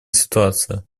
ситуация